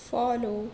follow